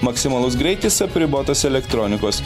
maksimalus greitis apribotas elektronikos